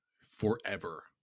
forever